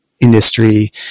industry